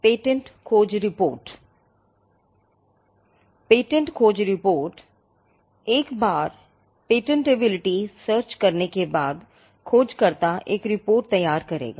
patent खोज report एक बार पेटेंटबिलिटी सर्च करने के बाद खोजकर्ता एक रिपोर्ट तैयार करेगा